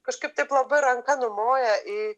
kažkaip taip labai ranka numoja į